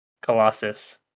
Colossus